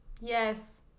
Yes